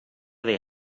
they